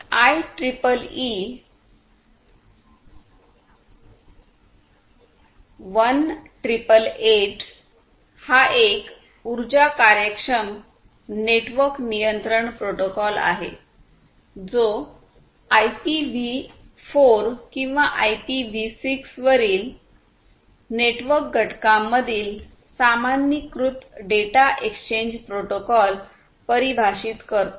I triple E 1888 हा एक ऊर्जा कार्यक्षम नेटवर्क नियंत्रण प्रोटोकॉल आहे जो आयपीव्ही 4 किंवा आयपीव्ही 6 वरील नेटवर्क घटकांमधील सामान्यीकृत डेटा एक्सचेंज प्रोटोकॉल परिभाषित करतो